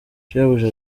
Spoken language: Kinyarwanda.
shebuja